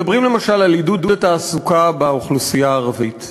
מדברים למשל על עידוד התעסוקה באוכלוסייה הערבית,